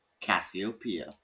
Cassiopeia